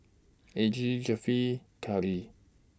Algie Josefita Cathi